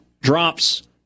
drops